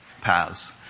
paths